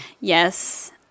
Yes